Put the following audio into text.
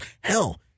hell